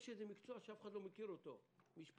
יש איזה מקצוע שאף אחד לא מכיר: משפטים.